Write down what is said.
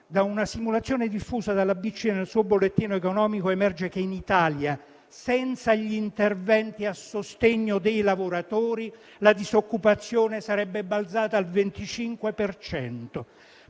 Da una simulazione diffusa dalla BCE nel suo bollettino economico emerge che in Italia, senza gli interventi a sostegno dei lavoratori, la disoccupazione sarebbe balzata al 25